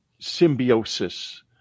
symbiosis